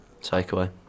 takeaway